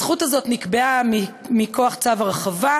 הזכות הזאת נקבעה מכוח צו הרחבה,